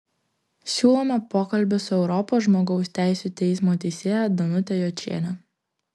siūlome pokalbį su europos žmogaus teisių teismo teisėja danute jočiene